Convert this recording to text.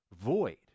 void